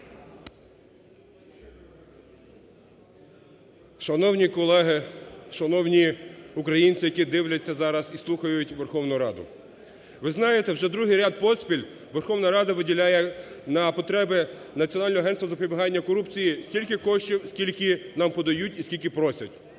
Шановні колеги, шановні українці, які дивляться зараз і слухають Верховну Раду! Ви знаєте, вже другий ряд поспіль Верховна Рада виділяє на потреби Національного агентства з запобігання корупції стільки коштів, скільки нам подають і скільки просять.